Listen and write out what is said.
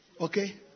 okay